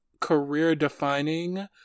career-defining